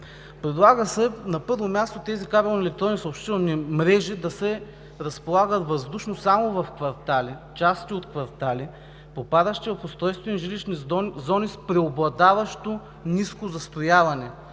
Предлага се, на първо място, тези кабелни електронни съобщителни мрежи да се разполагат въздушно само в части от квартали, попадащи в устройствени жилищни зони с преобладаващо ниско застрояване.